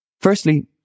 Firstly